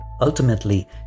ultimately